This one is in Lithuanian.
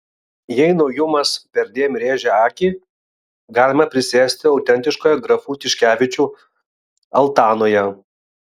jei naujumas perdėm rėžia akį galima prisėsti autentiškoje grafų tiškevičių altanoje